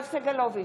יואב סגלוביץ'